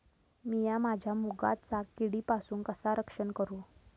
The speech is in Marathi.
मीया माझ्या मुगाचा किडीपासून कसा रक्षण करू?